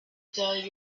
tell